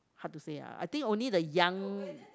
hard to say lah I think only the young